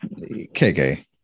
KK